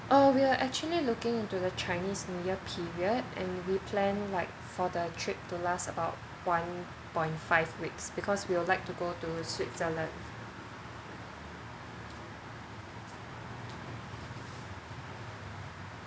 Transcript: ah we are actually looking into the chinese new year period and we plan like for the trip to last about one point five weeks because we would like to go to switzerland